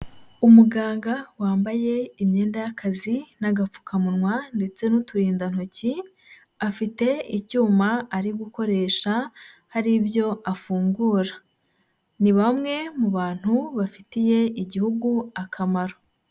Umuganga wambaye imyenda y'akazi n'agapfukamunwa ndetse n'uturindantoki, afite icyuma ari gukoresha hari ibyo afungura. Ni bamwe mu bantu bafitiye igihugu akamaro.